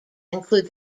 include